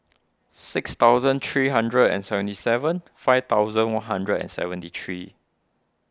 six thousand three hundred and seventy seven five thousand one hundred and seventy three